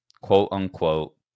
quote-unquote